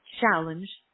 challenge